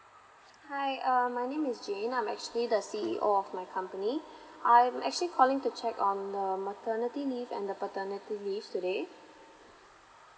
hi uh my name is jane I'm actually the ceo of my company I'm actually calling to check on your maternity leave and the paternity leave today